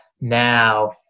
now